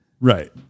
Right